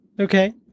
Okay